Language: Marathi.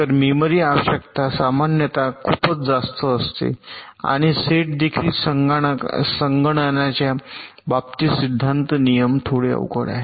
तर मेमरी आवश्यकता सामान्यत खूपच जास्त असते आणि सेट देखील संगणनाच्या बाबतीत सिद्धांत नियम थोडे अवघड आहेत